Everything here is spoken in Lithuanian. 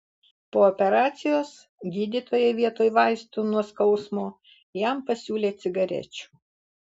po operacijos gydytojai vietoj vaistų nuo skausmo jam pasiūlė cigarečių